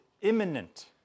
imminent